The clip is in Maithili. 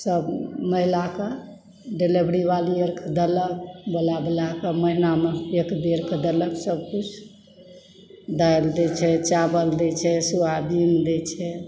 सब महिलाके डिलेवरी आर वालीके देलक बोला बोला कऽ महीनामे एक बेर कऽ देलक सब किछु दालि दै छै चावल दै छै सोयाबीन दै छै